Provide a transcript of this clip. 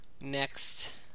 Next